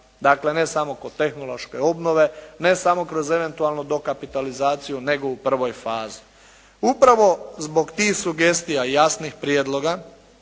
Dakle ne samo kod tehnološke obnove, ne samo kroz eventualnu dokapitalizaciju nego u prvoj fazi. Upravo zbog tih sugestija i jasnih prijedloga